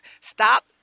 Stop